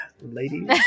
ladies